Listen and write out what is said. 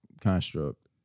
construct